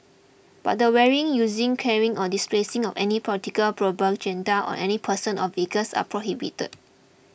but the wearing using carrying or displaying of any political propaganda on any person or vehicles are prohibited